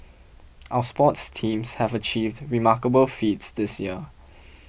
our sports teams have achieved remarkable feats this year